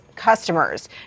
customers